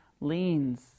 leans